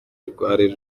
rwari